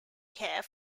care